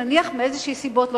נניח מסיבות כלשהן,